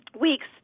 weeks